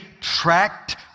tracked